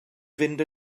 fynd